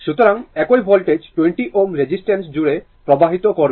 সুতরাং একই voltage 20 Ω resistance জুড়ে প্রভাবিত করবে